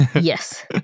Yes